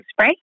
spray